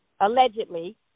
allegedly